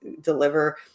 deliver